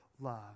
love